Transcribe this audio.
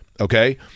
okay